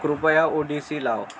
कृपया ओडिसी लाव